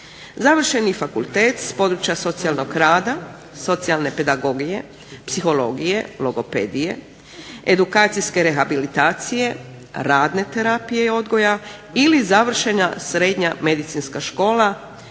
završeni fakultet s područja socijalnoga rada, socijalne pedagogije, psihologije, logopedije, edukacijske rehabilitacije, radne terapije i odgoja ili završena srednja medicinska škola